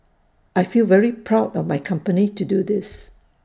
I feel very proud of my company to do this